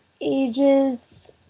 ages